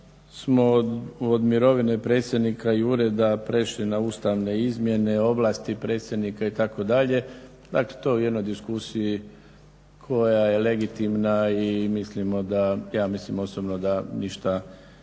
smo od mirovine predsjednika i ureda prešli na ustavne izmjene ovlasti predsjednika itd. Dakle, to u jednoj diskusiji koja je legitimna i mislimo da, ja